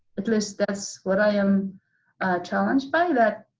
at least that's what i am challenged by that